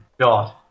God